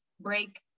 break